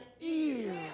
ears